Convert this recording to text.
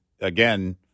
again